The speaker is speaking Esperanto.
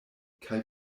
kaj